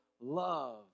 love